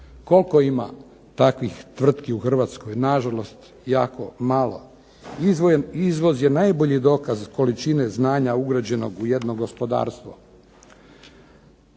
Koliko ima takvih tvrtki u Hrvatskoj? Nažalost jako malo. Izvoz je najbolji dokaz količine znanja ugrađeno u jedno gospodarstvo.